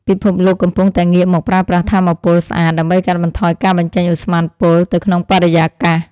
ពិភពលោកកំពុងតែងាកមកប្រើប្រាស់ថាមពលស្អាត ដើម្បីកាត់បន្ថយការបញ្ចេញឧស្ម័នពុលទៅក្នុងបរិយាកាស។